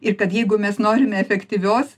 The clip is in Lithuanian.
ir kad jeigu mes norime efektyvios